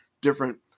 different